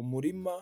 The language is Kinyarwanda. Umurima